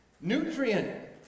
Nutrient